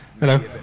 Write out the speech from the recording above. Hello